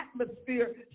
atmosphere